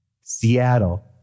Seattle